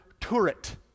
turret